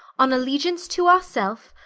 on allegeance to our selfe,